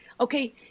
Okay